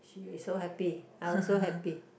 she is so happy I also happy